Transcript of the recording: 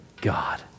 God